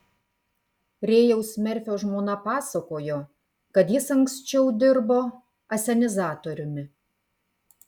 rėjaus merfio žmona pasakojo kad jis anksčiau dirbo asenizatoriumi